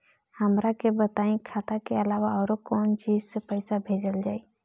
हमरा के बताई की खाता के अलावा और कौन चीज से पइसा भेजल जाई?